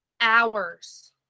hours